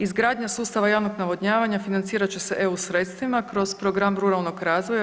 Izgradnja sustava javnog navodnjavanja financirat će se EU sredstvima kroz program ruralnog razvoja RH.